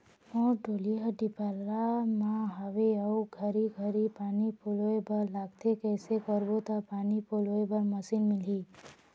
मोर डोली हर डिपरा म हावे अऊ घरी घरी पानी पलोए बर लगथे कैसे करबो त पानी पलोए बर मशीन मिलही?